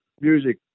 music